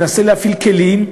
מנסה להפעיל כלים,